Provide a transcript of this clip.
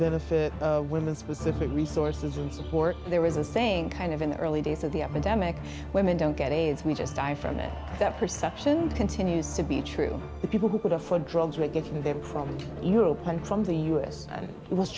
benefit of women specific resources and support there was a saying kind of in the early days of the epidemic women don't get aids we just die from it that perception continues to be true and people who could afford drugs were getting them from europe and from the us and it was